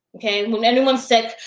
okay? when anyone's sick,